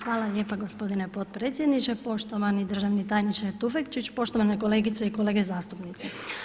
Hvala lijepa gospodine potpredsjedniče, poštovani državni tajniče Tufekčić, poštovane kolegice i kolege zastupnici.